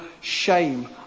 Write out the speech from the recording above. shame